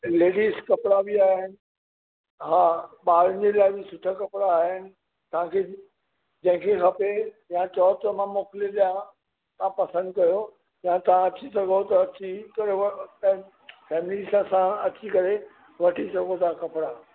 ladies कपिड़ा बि आया आहिनि हा ॿारनि जे लाइ बि सुठा कपिड़ा आया आहिनि तव्हां खे जंहिंखे खपे या चओ त मां मोकिले ॾियां तव्हां पसंदि कयो या तव्हां अची सघो त अची करे फैमिली सां साणि अची करे वठी सघो था कपिड़ा